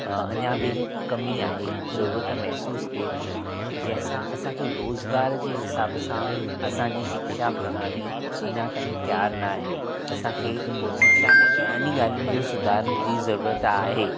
अ अञा बि कमी आहे जरूरत महिसूसु थिए थी जंहिंसां असांखे रोज़गार जे हिसाबु असांजी शिक्षा प्रणाली अञा ताईं तियारु न आहे असांखे घणई ॻाल्हियुनि में सुधार जी ज़रूरत आहे पर